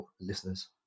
listeners